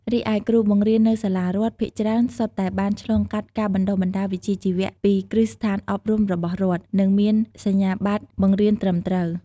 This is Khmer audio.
រីឯគ្រូបង្រៀននៅសាលារដ្ឋភាគច្រើនសុទ្ធតែបានឆ្លងកាត់ការបណ្តុះបណ្តាលវិជ្ជាជីវៈពីគ្រឹះស្ថានអប់រំរបស់រដ្ឋ និងមានសញ្ញាបត្របង្រៀនត្រឹមត្រូវ។